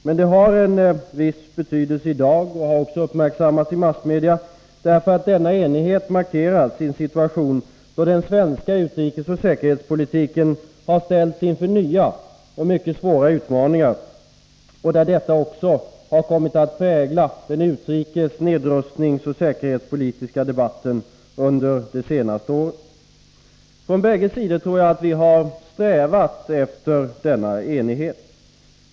Men det har en viss betydelse i dag och har också uppmärksammats i massmedia, därför att denna enighet markerats i en situation då den svenska utrikesoch säkerhetspolitiken har ställts inför nya och mycket svåra utmaningar och där detta också har kommit att prägla den utrikes-, nedrustningsoch säkerhetspolitiska debatten under det senaste året. Jag tror att vi från bägge sidor har strävat efter denna enighet.